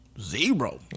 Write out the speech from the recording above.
Zero